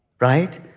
right